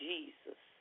Jesus